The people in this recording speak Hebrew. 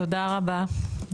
תודה רבה.